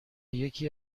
یکی